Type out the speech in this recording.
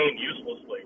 uselessly